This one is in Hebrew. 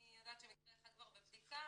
אני יודעת שמקרה אחד כבר בבדיקה,